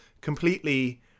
completely